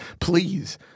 please